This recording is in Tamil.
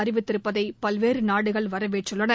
அறிவித்திருப்பதை பல்வேறு நாடுகள் வரவேற்றுள்ளன